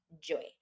joy